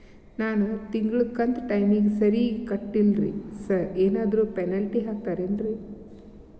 ನಾನು ತಿಂಗ್ಳ ಕಂತ್ ಟೈಮಿಗ್ ಸರಿಗೆ ಕಟ್ಟಿಲ್ರಿ ಸಾರ್ ಏನಾದ್ರು ಪೆನಾಲ್ಟಿ ಹಾಕ್ತಿರೆನ್ರಿ?